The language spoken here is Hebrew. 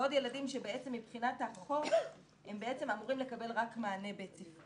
ועוד ילדים שבעצם מבחינת החוק אמורים לקבל רק מענה בית ספרי.